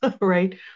Right